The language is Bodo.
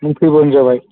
नों फैबानो जाबाय